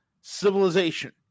civilization